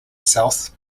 south